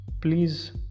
please